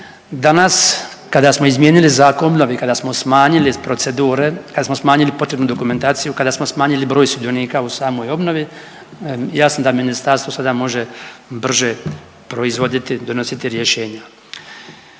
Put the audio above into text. danas kada smo izmijenili Zakon o obnovi i kada smo smanjili procedure, kada smo smanjili potrebnu dokumentaciju, kada smo smanjili broj sudionika u samoj obnovi jasno da ministarstvo sada može brže proizvoditi, donositi rješenja.